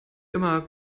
immer